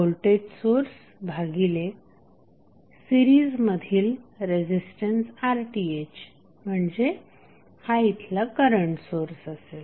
voltage source भागिले series मधील resistance RTh म्हणजे हा इथला करंट सोर्स असेल